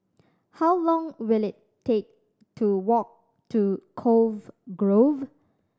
how long will it take to walk to Cove Grove